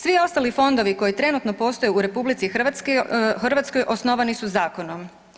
Svi ostali fondovi koji trenutno postoje u RH osnovani su zakonom.